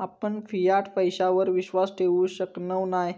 आपण फियाट पैशावर विश्वास ठेवु शकणव नाय